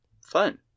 Fun